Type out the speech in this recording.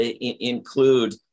include